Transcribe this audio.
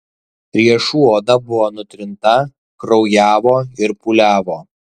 riešų oda buvo nutrinta kraujavo ir pūliavo